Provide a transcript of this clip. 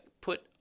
put